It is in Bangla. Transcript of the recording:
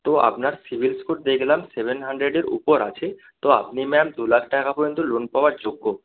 তো আপনার সিবিল স্কোর দেখলাম সেভেন হান্ড্রেডের উপর আছে তো আপনি ম্যাম দু লাখ টাকা পর্যন্ত লোন পাওয়ার যোগ্য